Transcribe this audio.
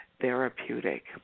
therapeutic